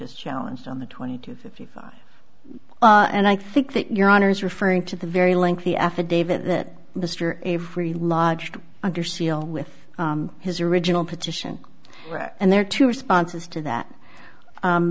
is challenged on the twenty to fifty five and i think that your honor is referring to the very lengthy affidavit that mr every lodged under seal with his original petition and there are two responses to that